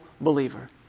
believer